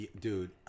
Dude